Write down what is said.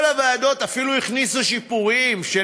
וכל הוועדות אפילו הכניסו שיפורים של